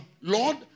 Lord